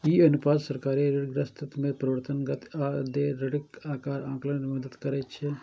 ई अनुपात सरकारी ऋणग्रस्तता मे परिवर्तनक गति आ देय ऋणक आकार आकलन मे मदति करै छै